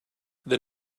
then